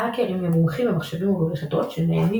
האקרים הם מומחים במחשבים וברשתות שנהנים